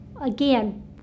again